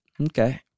Okay